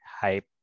hype